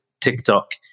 TikTok